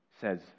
says